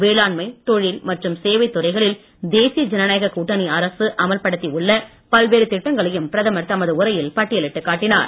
வேளாண்மை தொழில் மற்றும் சேவைத்துறைகளில் தேசிய ஜனநாயக கூட்டணி அரசு அமல்படுத்தி உள்ள பல்வேறு திட்டங்களையும் பிரதமர் தமது உரையில் பட்டியலிட்டு காட்டினார்